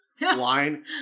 line